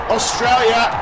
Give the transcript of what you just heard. Australia